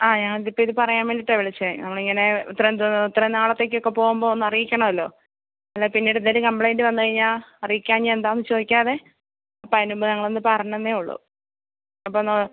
ആ ഞാതിപ്പിത് പറയാന്വേണ്ടിയിട്ടാണു വിളിച്ചേ ഞങ്ങളിങ്ങനെ ഇത്രയും ഇത്രയും നാളത്തേക്കൊക്കെ പോകുമ്പോള് ഒന്നറിയിക്കണമല്ലോ അല്ലേ പിന്നീട് എന്തേലും കംപ്ലൈൻറ്റ് വന്നുകഴിഞ്ഞാല് അറിയിക്കാഞ്ഞാല് എന്താണെന്നു ചോദിക്കാതെ അപ്പോഴതിനു മുമ്പ് ഞങ്ങളൊന്നു പറഞ്ഞെന്നെ ഉള്ളു അപ്പൊന്ന്